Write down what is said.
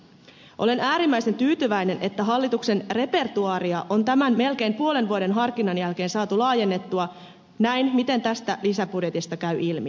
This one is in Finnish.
olen äärimmäisen tyytyväinen että hallituksen repertoaaria on tämän melkein puolen vuoden harkinnan jälkeen saatu laajennettua näin kuin tästä lisäbudjetista käy ilmi